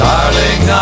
Darling